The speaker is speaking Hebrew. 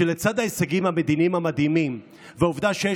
שלצד ההישגים המדיניים המדהימים והעובדה שיש